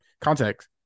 context